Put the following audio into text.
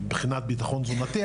מבחינת ביטחון תזונתי,